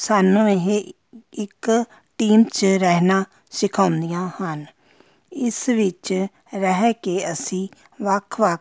ਸਾਨੂੰ ਇਹ ਇੱਕ ਟੀਮ 'ਚ ਰਹਿਣਾ ਸਿਖਾਉਂਦੀਆਂ ਹਨ ਇਸ ਵਿੱਚ ਰਹਿ ਕੇ ਅਸੀਂ ਵੱਖ ਵੱਖ